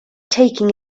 taking